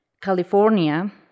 California